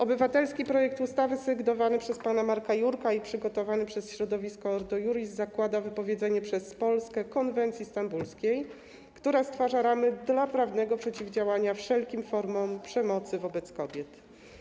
Obywatelski projekt ustawy sygnowany przez pana Marka Jurka i przygotowany przez środowisko Ordo Iuris zakłada wypowiedzenie przez Polskę konwencji stambulskiej, która stwarza ramy dla prawnego przeciwdziałania wszelkim formom przemocy wobec kobiet.